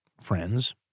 friends